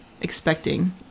expecting